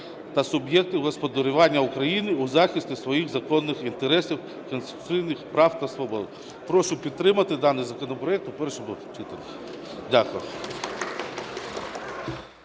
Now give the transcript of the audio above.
та суб'єктів господарювання в Україні у захисті своїх законних інтересів, конституційних прав та свобод. Прошу підтримати даний законопроект у першому читанні. Дякую.